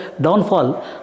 downfall